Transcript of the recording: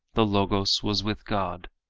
the logos was with god,